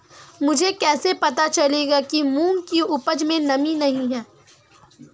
मुझे कैसे पता चलेगा कि मूंग की उपज में नमी नहीं है?